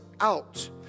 out